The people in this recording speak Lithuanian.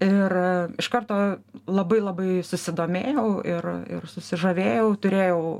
ir iš karto labai labai susidomėjau ir ir susižavėjau turėjau